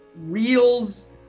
reels